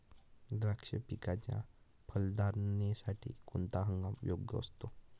द्राक्ष पिकाच्या फलधारणेसाठी कोणता हंगाम योग्य असतो?